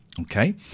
Okay